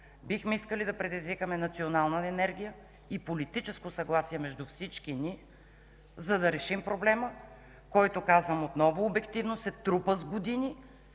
бихме искали да предизвикаме национална енергия и политическо съгласие между всички ни, за да решим проблема, който, казвам отново обективно, се трупа с години.